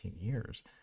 years